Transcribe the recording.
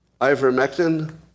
ivermectin